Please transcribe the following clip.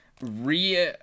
re